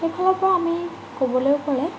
সেইফালৰ পৰা আমি ক'বলৈ গ'লে